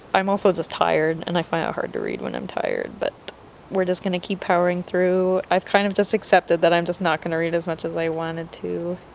i'm also just tired and i find it hard to read when i'm tired but we're just gonna keep powering through, i've kind of just accepted that i'm just not gonna read as much as i wanted to